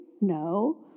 No